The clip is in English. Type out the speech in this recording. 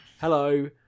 hello